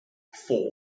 four